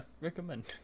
recommend